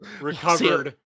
recovered